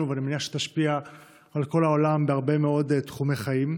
ואני מניח שתשפיע על כל העולם בהרבה מאוד תחומי חיים,